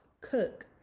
cook